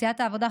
סיעת העבודה,